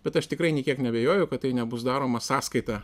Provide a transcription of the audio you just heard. bet aš tikrai nė kiek neabejoju kad tai nebus daroma sąskaita